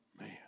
Man